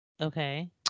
okay